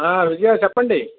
ఆ విజయ చెప్పండి